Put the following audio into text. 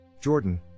Jordan